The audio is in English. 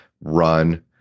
run